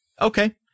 Okay